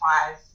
five